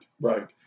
right